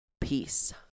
Peace